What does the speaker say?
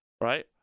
right